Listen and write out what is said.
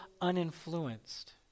uninfluenced